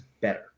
better